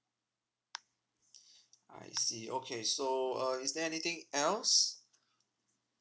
I see okay so uh is there anything else